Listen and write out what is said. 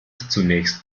zunächst